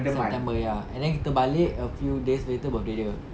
september ya and then kita balik a few days later birthday dia